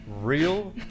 real